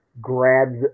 grabs